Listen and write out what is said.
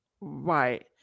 Right